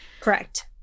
Correct